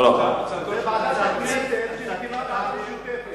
ועדה משותפת.